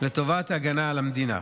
לטובת הגנה על המדינה.